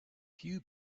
few